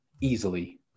easily